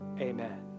Amen